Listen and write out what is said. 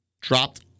dropped